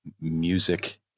music